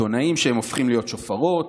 עיתונאים שהופכים להיות שופרות,